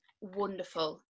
wonderful